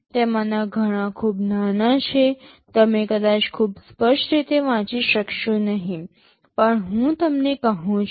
તેમાંના ઘણા ખૂબ નાના છે તમે કદાચ ખૂબ સ્પષ્ટ રીતે વાંચી શકશો નહીં પણ હું તમને કહું છું